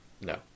no